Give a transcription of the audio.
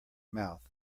mouth